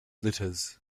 glitters